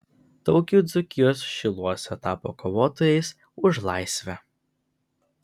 daug jų dzūkijos šiluose tapo kovotojais už laisvę